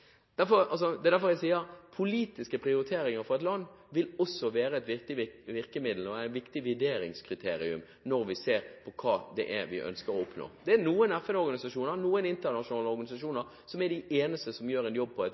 Det er derfor jeg sier: Politiske prioriteringer for et land vil også være et viktig virkemiddel og et viktig vurderingskriterium når vi ser på hva vi ønsker å oppnå. Det er noen FN-organisasjoner, noen internasjonale organisasjoner, som er de eneste som gjør en jobb på